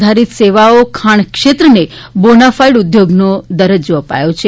આધારિત સેવાઓ ખાણ ક્ષેત્રને બોનાફાઇડ ઉદ્યોગોને દરજ્જો અપાયો છે